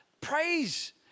praise